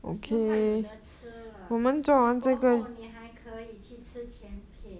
你就快有的吃了 then 过后你还可以去吃甜品